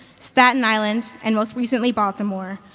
staten island, and most recently baltimore,